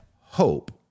hope